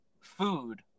food